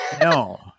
no